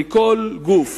לכל גוף